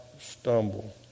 stumble